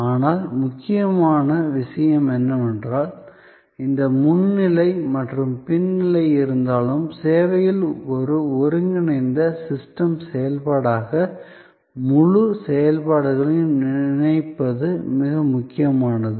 ஆனால் முக்கியமான விஷயம் என்னவென்றால் இந்த முன் நிலை மற்றும் பின் நிலை இருந்தாலும் சேவையில் ஒரு ஒருங்கிணைந்த சிஸ்டம் செயல்பாடாக முழு செயல்பாடுகளையும் நினைப்பது மிக முக்கியமானது